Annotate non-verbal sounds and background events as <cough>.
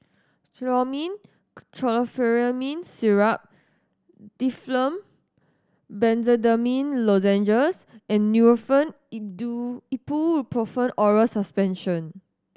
Chlormine Chlorpheniramine Syrup Difflam Benzydamine Lozenges and Nurofen <unintelligible> Ibuprofen Oral Suspension